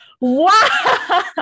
Wow